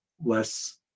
less